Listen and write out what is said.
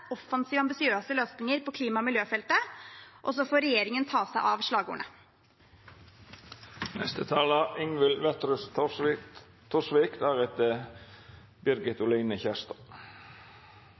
offensive og ambisiøse løsninger på klima- og miljøfeltet. Så får regjeringen ta seg av slagordene.